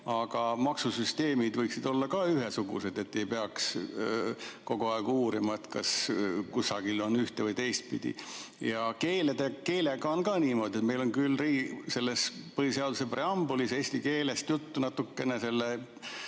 ja maksusüsteemid võiksid olla ka ühesugused, et ei peaks kogu aeg uurima, kas kusagil on ühte- või teistpidi. Keelega on ka niimoodi, et meil on küll selles põhiseaduse preambulis eesti keelest juttu natukene, et see